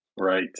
Right